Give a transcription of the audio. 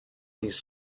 these